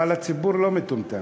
אבל הציבור לא מטומטם.